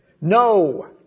No